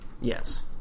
Yes